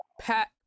pat